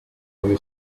boy